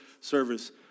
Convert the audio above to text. service